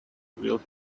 will